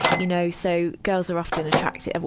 you know. so, girls were often attracted well,